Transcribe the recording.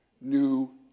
new